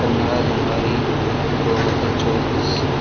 پندرہ جنوری دو ہزار چوبیس